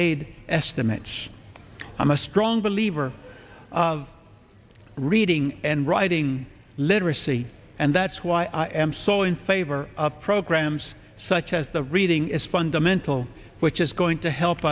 aid estimates i'm a strong believer of reading and writing literacy and that's why i am so in favor of programs such as the reading is fundamental which is going to help